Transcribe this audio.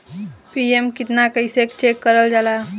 PM Kisan कइसे check करल जाला?